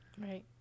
right